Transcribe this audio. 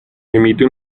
emite